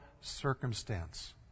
circumstance